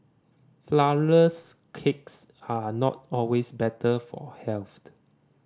flourless cakes are not always better for health